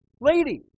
Lady